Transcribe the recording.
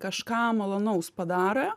kažką malonaus padaro